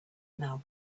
now